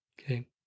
Okay